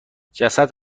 جسد